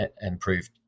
improved